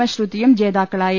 S ശ്രുതിയും ജേതാക്കളായി